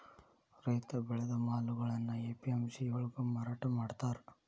ರೈತ ಬೆಳೆದ ಮಾಲುಗಳ್ನಾ ಎ.ಪಿ.ಎಂ.ಸಿ ಯೊಳ್ಗ ಮಾರಾಟಮಾಡ್ತಾರ್